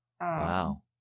Wow